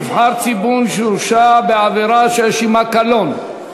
נבחר ציבור שהורשע בעבירה שיש עמה קלון),